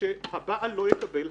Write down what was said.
שהבעל לא יקבל.